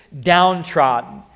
downtrodden